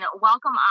welcome